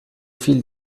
viel